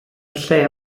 lle